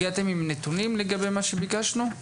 הגעתם עם נתונים לגבי מה שביקשנו?